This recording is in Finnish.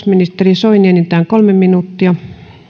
ministeri soini enintään kolme minuuttia